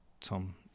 Tom